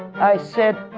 i said.